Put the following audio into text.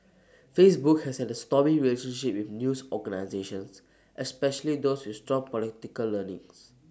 Facebook has had A stormy relationship with news organisations especially those with strong political leanings